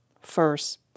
first